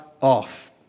off